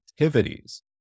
activities